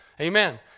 Amen